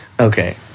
Okay